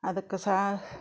ಅದಕ್ಕೆ ಸಾ